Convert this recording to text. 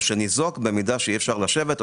או שניזוק במידה שאי אפשר לשבת,